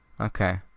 Okay